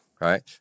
right